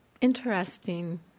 interesting